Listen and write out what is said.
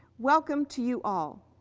welcome to you all.